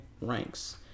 ranks